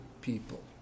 people